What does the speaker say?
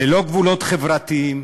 ללא גבולות חברתיים,